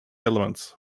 elements